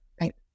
Right